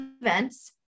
events